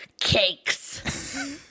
cakes